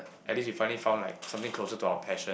at least you finally found like something closer to our passion